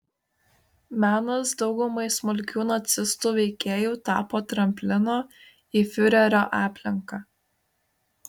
menas daugumai smulkių nacistų veikėjų tapo tramplinu į fiurerio aplinką